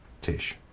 tish